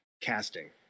casting